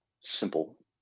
simple